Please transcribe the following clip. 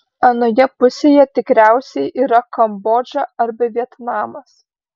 anoje pusėje tikriausiai yra kambodža arba vietnamas